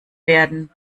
werden